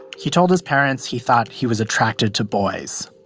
he told his parents he thought he was attracted to boys.